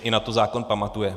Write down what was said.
I na to zákon pamatuje.